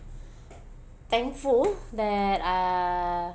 thankful that uh